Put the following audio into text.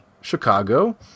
Chicago